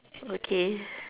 okay